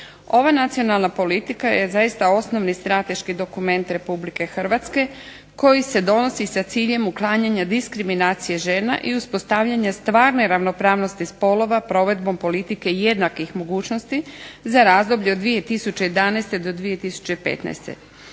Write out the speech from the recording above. Ova nacionalna politika je zaista osnovni strateški dokument RH koji se donosi sa ciljem uklanjanja diskriminacije žena i uspostavljanja stvarne ravnopravnosti spolova provedbom politike jednakih mogućnosti za razdoblje od 2011. do 2015.